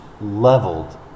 leveled